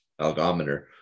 algometer